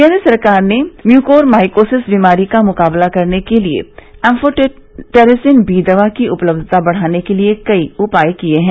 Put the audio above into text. केन्द्र सरकार ने म्यूकोरमाइकोसिस बीमारी का मुकाबला करने के लिए एम्फोटेरिसिन बी दवा की उपलब्धता बढ़ाने के लिए कई उपाए किए हैं